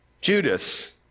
Judas